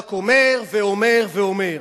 ורק אומר ואומר ואומר.